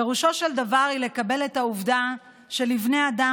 פירושו של דבר הוא לקבל את העובדה שלבני האדם,